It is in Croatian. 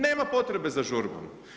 Nema potrebe za žurbom.